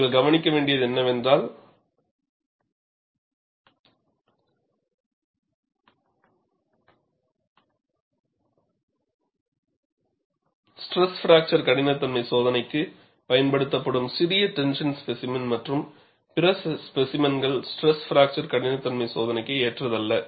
நீங்கள் கவனிக்க வேண்டியது என்னவென்றால் ஸ்ட்ரெஸ் பிராக்சர் கடினத்தன்மை சோதனைக்கு பயன்படுத்தப்படும் சிறிய டென்ஷன் ஸ்பேசிமென் மற்றும் பிற ஸ்பேசிமென்கள் ஸ்ட்ரெஸ் பிராக்சர் கடினத்தன்மை சோதனைக்கு ஏற்றதல்ல